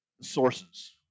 sources